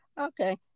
Okay